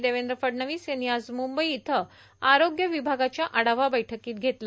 देवेंद्र फडणवीस यांनी आज मुंबई इथं आरोग्य विभागाच्या आढावा बैठकीत घेतला